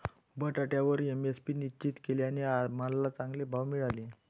बटाट्यावर एम.एस.पी निश्चित केल्याने आम्हाला चांगले भाव मिळाले